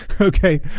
okay